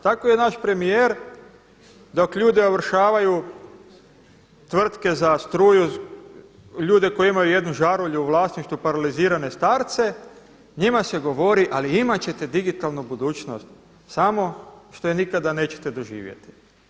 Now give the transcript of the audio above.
Tako je i naš premijer dok ljude ovršavaju tvrtke za struju ljude koji imaju jednu žarulju u vlasništvu paralizirane starce, njima se govori ali imat ćete digitalnu budućnost samo što ju nikada neće doživjeti.